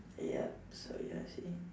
ya so you're saying